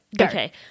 Okay